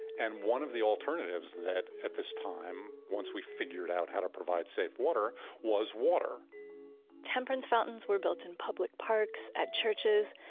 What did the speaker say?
and one of the alternatives at this time, once we figured out how to provide safe water was water temperance fountains were built in public parks, at churches,